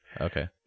Okay